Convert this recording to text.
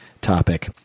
topic